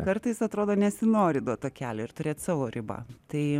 kartais atrodo nesinori duot to kelio ir turėt savo ribą tai